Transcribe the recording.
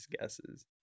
guesses